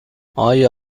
آیا